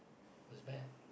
was bad